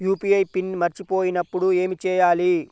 UPI PIN మరచిపోయినప్పుడు ఏమి చేయాలి?